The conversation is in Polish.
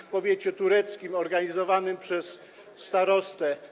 w powiecie tureckim organizowanym przez starostę.